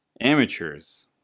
amateurs